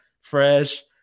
fresh